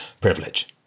privilege